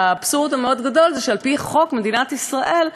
והאבסורד המאוד-גדול זה שעל-פי חוק במדינת ישראל,